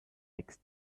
like